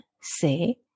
say